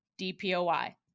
DPOI